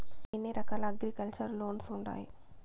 ఎన్ని రకాల agriculture loans ఉండాయి